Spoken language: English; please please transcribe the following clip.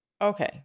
Okay